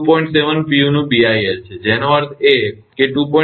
7 pu નું BIL છે જેનો અર્થ છે 2